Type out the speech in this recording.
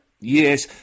Yes